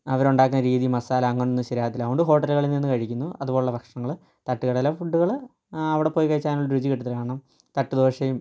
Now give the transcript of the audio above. അവരുണ്ടാക്കുന്ന രീതിയിൽ മസാല അങ്ങനൊന്നും ശരിയാവത്തില്ല അതുകൊണ്ട് ഹോട്ടലുകളിൽ നിന്നും കഴിക്കുന്നു അതുപോലുള്ള ഭക്ഷണങ്ങൾ തട്ടുകടയിലെ ഫൂഡുകൾ അവിടെ പോയി കഴിച്ചാലൊന്നും രുചി കിട്ടത്തില്ല കാരണം തട്ട് ദോശയും